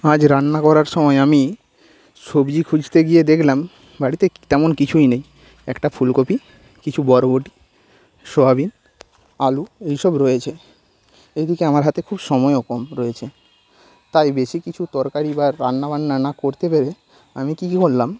আজ রান্না করার সময় আমি সবজি খুঁজতে গিয়ে দেখলাম বাড়িতে তেমন কিছুই নেই একটা ফুলকপি কিছু বরবটি সোয়াবিন আলু এইসব রয়েছে এদিকে আমার হাতে খুব সময়ও কম রয়েছে তাই বেশি কিছু তরকারি বা রান্নাবান্না না করতে পেরে আমি কী কী করলাম